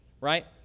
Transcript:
right